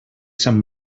sant